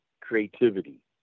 creativity